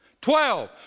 Twelve